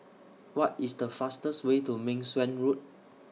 What IS The fastest Way to Meng Suan Road